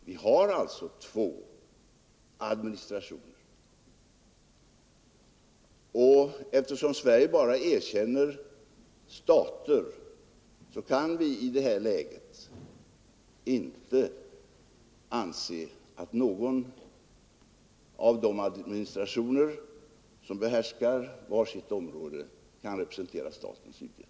Där finns alltså två administrationer. Eftersom Sverige bara erkänner stater, kan vi i det här läget inte anse att någon av de administrationer som behärskar var sitt område kan representera staten Sydvietnam.